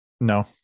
No